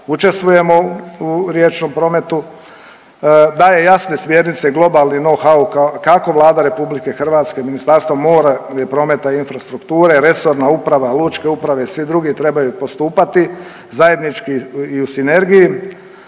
učestvujemo u riječnom prometu, daje jasne smjernice globalni know how, kako Vlada Republike Hrvatske, Ministarstvo mora, prometa i infrastrukture, resorna uprava, lučke uprave i svi drugi trebaju postupati zajednički i u sinergiji,